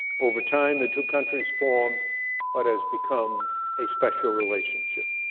overtime the two countries formed what has become a special relationship.